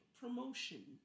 promotion